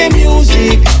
music